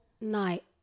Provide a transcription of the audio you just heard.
night